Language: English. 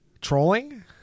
Trolling